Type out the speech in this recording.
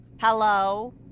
Hello